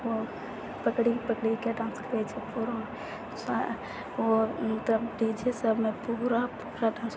ओ पकड़ि पकड़िके डान्स करै छै ओ डी जे सबमे पूरा पूरा डान्स करै छै